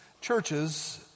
churches